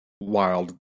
wild